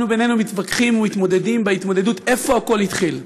אנו בינינו מתווכחים ומתמודדים בהתמודדות איפה הכול התחיל: